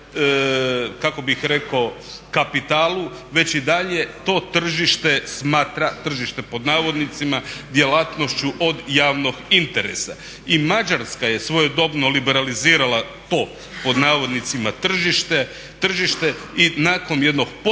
kako bih rekao kapitalu već i dalje to tržište smatra, "tržište", djelatnošću od javnog interesa. I Mađarska je svojedobno liberalizirale to "tržište" i nakon jednog potpunog